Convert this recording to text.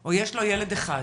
או יש לו ילד אחד,